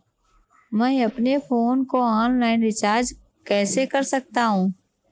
मैं अपने फोन को ऑनलाइन रीचार्ज कैसे कर सकता हूं?